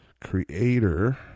Creator